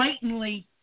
blatantly